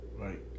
Right